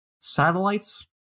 satellites